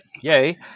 Yay